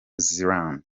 zealand